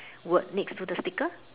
word next to the sticker